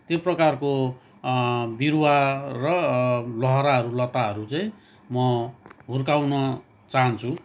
त्यो प्रकारको बिरुवा र लहराहरू लताहरू चाहिँ म हुर्काउन चाहन्छु